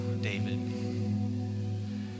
David